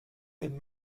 dem